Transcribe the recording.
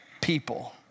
people